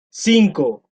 cinco